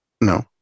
No